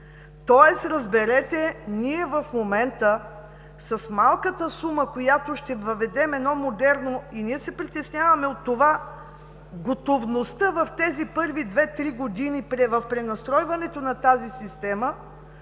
Тоест, разберете, ние в момента с малката сума, с която ще въведем едно модерно… И ние се притесняваме от това готовността в тези първи две-три години при пренастройването на тази система